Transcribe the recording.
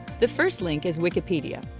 the first link is wikipedia.